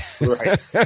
Right